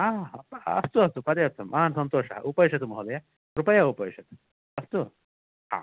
अस्तु अस्तु पर्याप्तं महान् सन्तोषः उपविशतु महोदय कृपया उपविशतु अस्तु